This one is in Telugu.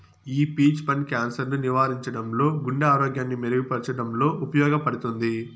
ఈ పీచ్ పండు క్యాన్సర్ ను నివారించడంలో, గుండె ఆరోగ్యాన్ని మెరుగు పరచడంలో ఉపయోగపడుతుంది